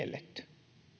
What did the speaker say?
kielletty